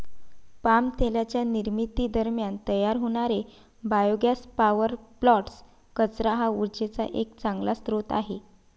palm तेलाच्या निर्मिती दरम्यान तयार होणारे बायोगॅस पॉवर प्लांट्स, कचरा हा उर्जेचा एक चांगला स्रोत आहे